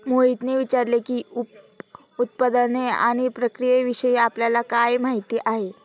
मोहितने विचारले की, उप उत्पादने आणि प्रक्रियाविषयी आपल्याला काय माहिती आहे?